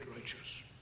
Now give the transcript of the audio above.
righteous